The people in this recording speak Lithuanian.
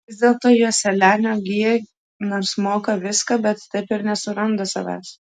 vis dėlto joselianio gija nors moka viską bet taip ir nesuranda savęs